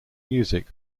music